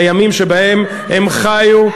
לימים שבהם הם חיו,